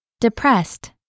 Depressed